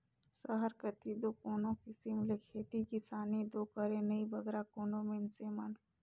सहर कती दो कोनो किसिम ले खेती किसानी दो करें नई बगरा कोनो मइनसे मन